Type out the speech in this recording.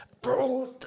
bro